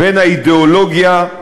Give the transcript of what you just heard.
בין האידיאולוגיה,